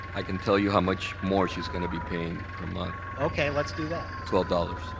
i can tell you how much more she's going to be paying per month. okay. let's do that. twelve dollars.